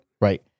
Right